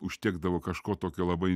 užtekdavo kažko tokio labai